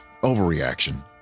Overreaction